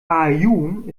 aaiún